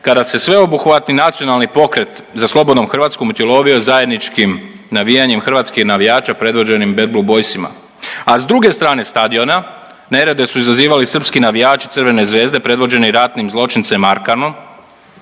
kada se sveobuhvatni nacionalni pokret za slobodnom Hrvatskom utjelovio zajedničkim navijanjem Hrvatske i navijača predvođenim Bad Blue Boysima, a s druge strane stadiona nerede su izazivali srpski navijači Crvene Zvezde predvođeni ratnim zločincem Arkanom